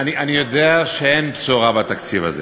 אני יודע שאין בשורה בתקציב הזה.